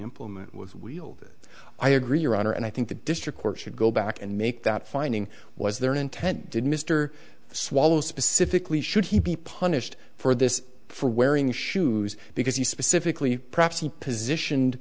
implement was wielding i agree your honor and i think the district court should go back and make that finding was their intent did mr swallow specifically should he be punished for this for wearing shoes because you specifically perhaps positioned